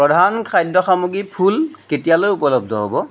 প্ৰধান খাদ্য সামগ্ৰী ফুল কেতিয়ালৈ উপলব্ধ হ'ব